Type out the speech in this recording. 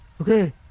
Okay